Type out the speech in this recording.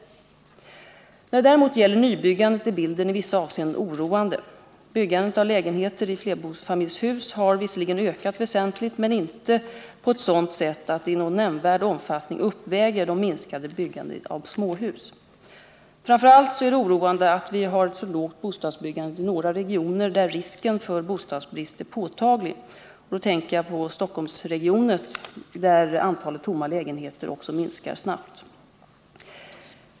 När det däremot gäller nybyggandet är bilden i vissa avseenden oroande. Byggandet av lägenheter i flerfamiljshus har visserligen ökat väsentligt, men inte på ett sådant sätt att det i någon nämnvärd omfattning uppväger det minskade byggandet av småhus. Framför allt är det oroande att vi har ett så lågt bostadsbyggande i några regioner där risken för bostadsbrist är påtaglig. Jag tänker bl.a. på Stockholmsregionen, där antalet tomma lägenheter minskar snabbt.